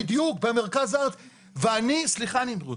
תודה רבה.